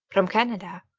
from canada,